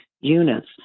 units